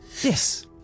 Yes